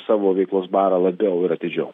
savo veiklos barą labiau ir atidžiau